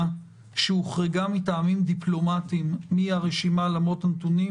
שהוחרגה מטעמים דיפלומטיים מהרשימה למרות הנתונים.